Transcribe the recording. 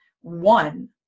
one